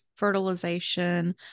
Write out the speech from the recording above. fertilization